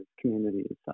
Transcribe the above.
communities